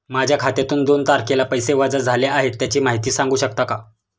माझ्या खात्यातून दोन तारखेला पैसे वजा झाले आहेत त्याची माहिती सांगू शकता का?